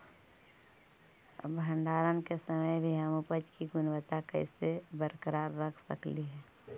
भंडारण के समय भी हम उपज की गुणवत्ता कैसे बरकरार रख सकली हे?